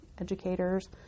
educators